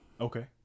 Okay